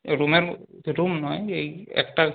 রুমের রুম নয় এই একটা